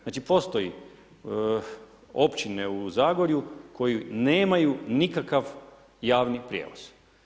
Znači, postoje općine u Zagorje koje nemaju nikakav javni prijevoz.